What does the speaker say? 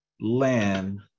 land